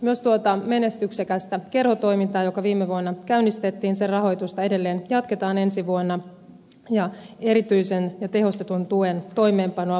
myös menestyksekkään kerhotoiminnan joka viime vuonna käynnistettiin rahoitusta edelleen jatketaan ensi vuonna ja erityisen ja tehostetun tuen toimeenpanoa vahvistetaan